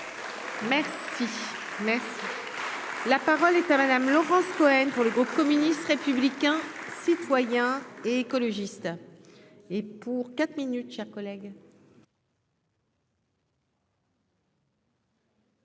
La parole est à Madame Laurence Cohen pour le groupe communiste, républicain, citoyen. Et écologistes